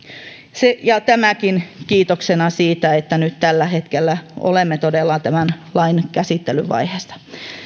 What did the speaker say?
tämäkin kiitoksena siitä että nyt tällä hetkellä olemme todella tämän lain käsittelyvaiheessa